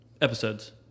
Episodes